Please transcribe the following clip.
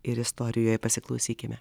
ir istorijoje pasiklausykime